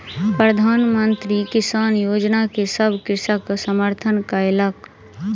प्रधान मंत्री किसान योजना के सभ कृषक समर्थन कयलक